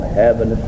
heaven